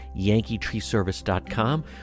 yankeetreeservice.com